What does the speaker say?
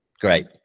great